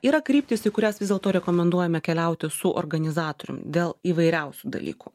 yra kryptis į kurias vis dėlto rekomenduojame keliauti su organizatorium dėl įvairiausių dalykų